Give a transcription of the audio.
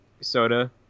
soda